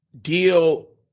deal